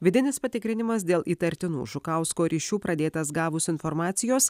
vidinis patikrinimas dėl įtartinų žukausko ryšių pradėtas gavus informacijos